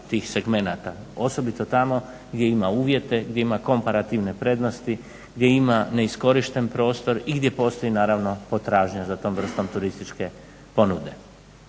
tih segmenata osobito tamo gdje ima uvjete, gdje ima komparativne prednosti, gdje ima neiskorišten prostor i gdje postoji naravno potražnja za tom vrstom turističke ponude.